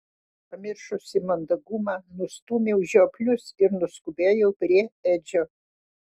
pamiršusi mandagumą nustūmiau žioplius ir nuskubėjau prie edžio